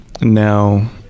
now